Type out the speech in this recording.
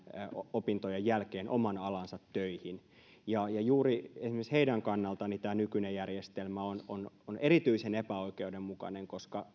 opintojen jälkeen oman alansa töihin juuri esimerkiksi heidän kannaltaan tämä nykyinen järjestelmä on on erityisen epäoikeudenmukainen koska